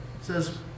says